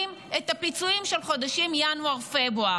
את הפיצויים של חודשים ינואר-פברואר.